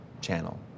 channel